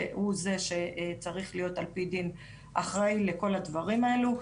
והוא זה שצריך להיות על פי דין אחראי לכל הדברים האלו.